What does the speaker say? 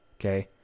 okay